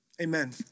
Amen